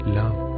love